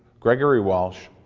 gregory walsh,